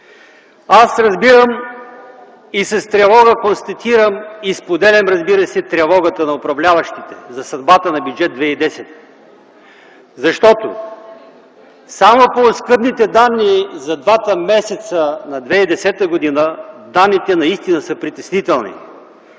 Аз разбирам и с тревога констатирам и споделям тревогата на управляващите за съдбата на Бюджет 2010, защото само по оскъдните данни за двата месеца на 2010 г. данните наистина са притеснителни.